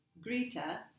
Greta